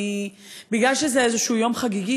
מכיוון שזה איזשהו יום חגיגי,